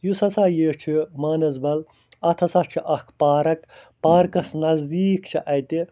یُس ہَسا یہِ چھِ مانسبل اتھ ہَسا چھِ اکھ پارک پارکس نزدیٖک چھِ اَتہِ